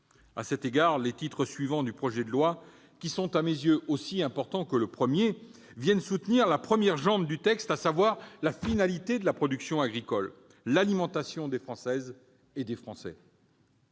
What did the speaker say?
À cet égard, les titres suivants du projet de loi, qui sont à mes yeux aussi importants que le premier, viennent soutenir la première jambe du texte, à savoir la finalité de la production agricole, l'alimentation des Françaises et des Français.